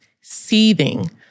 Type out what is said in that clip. seething